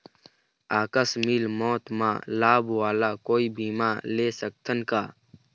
आकस मिक मौत म लाभ वाला कोई बीमा ले सकथन का?